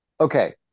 Okay